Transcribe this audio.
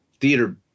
theater